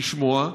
לשמוע,